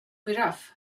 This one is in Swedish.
giraff